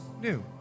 new